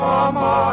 Mama